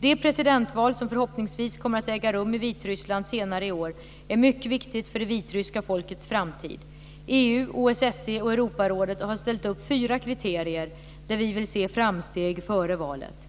Det presidentval som förhoppningsvis kommer att äga rum i Vitryssland senare i år är mycket viktigt för det vitryska folkets framtid. EU, OSSE och Europarådet har ställt upp fyra kriterier där vi vill se framsteg före valet.